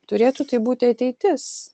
turėtų tai būti ateitis